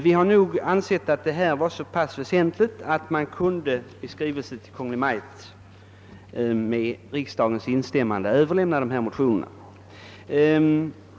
Vi har emellertid funnit denna fråga så väsentlig, att riksdagen bort överlämna dessa motioner.